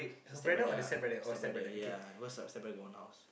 is her stepbrother ah stepbrother ya cause the stepbrother got own house